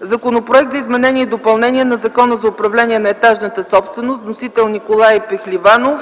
Законопроект за изменение и допълнение на Закона за управление на етажната собственост. Вносител е Николай Пехливанов.